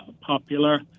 popular